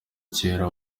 kera